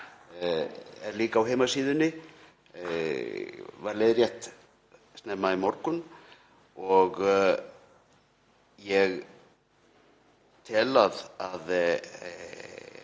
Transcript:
var líka á heimasíðunni, var leiðrétt snemma í morgun og ég tel að